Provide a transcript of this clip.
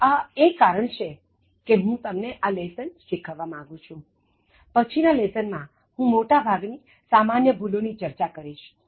તો આ એ કારણ છે કે હું તમને આ લેસન શીખવવા માગું છું પછીના લેસનમાં હુ મોટા ભાગની સામાન્ય ભૂલો ની ચર્ચા કરીશ